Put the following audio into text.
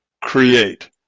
create